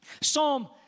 Psalm